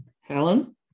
Helen